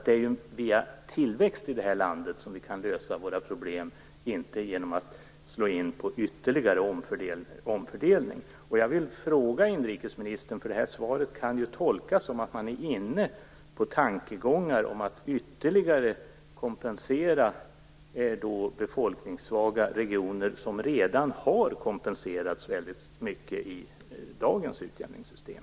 Det är ju via tillväxt i det här landet som vi kan lösa våra problem, inte genom att slå in på en ytterligare omfördelning. Jag ville fråga inrikesministern om detta, för svaret här kan ju tolkas som att man är inne på tankegångar om att ytterligare kompensera befolkningssvaga regioner som redan har kompenserats väldigt mycket i dagens utjämningssystem.